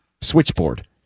switchboard